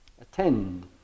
attend